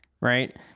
right